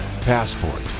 Passport